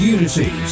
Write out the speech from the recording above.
Unity